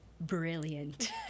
brilliant